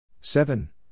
Seven